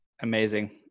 Amazing